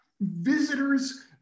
Visitors